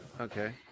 okay